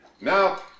Now